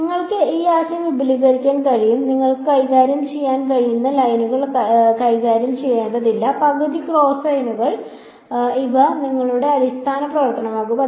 അതിനാൽ നിങ്ങൾക്ക് ഈ ആശയം വിപുലീകരിക്കാൻ കഴിയും നിങ്ങൾക്ക് കൈകാര്യം ചെയ്യാൻ കഴിയുന്ന ലൈനുകൾ കൈകാര്യം ചെയ്യേണ്ടതില്ല പകുതി കോസൈനുകൾ ഇവ നിങ്ങളുടെ അടിസ്ഥാന പ്രവർത്തനമാകാം